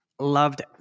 loved